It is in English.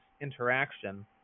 interaction